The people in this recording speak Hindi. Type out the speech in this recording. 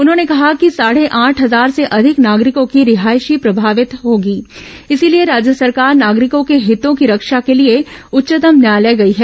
उन्होंने कहा कि साढ़े आठ हजार से अधिक नागरिकों की रिहायशी प्रभावित होगी इसलिए राज्य सरकार नागरिकों के हितों की रक्षा के लिए उच्चतम न्यायालय गई है